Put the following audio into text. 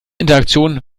interaktion